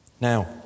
Now